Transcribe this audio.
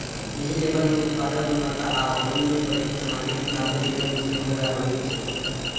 एहि लेबल मे उत्पादक गुणवत्ता आ ओइ मे प्रयुक्त सामग्रीक मादे विवरण सेहो रहै छै